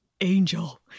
angel